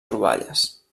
troballes